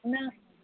না